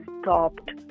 stopped